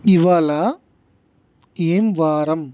ఇవాళ ఏం వారం